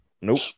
Nope